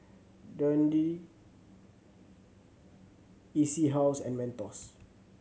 Dundee E C House and Mentos